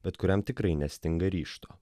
bet kuriam tikrai nestinga ryžto